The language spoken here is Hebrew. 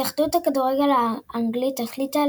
התאחדות הכדורגל האנגלית החליטה